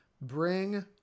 Bring